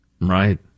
right